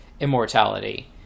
immortality